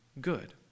good